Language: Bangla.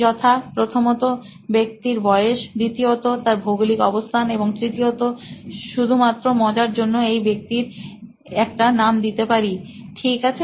যথা প্রথমত ব্যক্তির বয়স দ্বিতীয়ত তার ভৌগোলিক অবস্থান এবং তৃ তীয়ত শুরু মাত্র মজার জন্য এই ব্যক্তির একটা নাম দিতে পারি ঠিক আছে